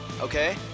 Okay